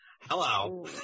Hello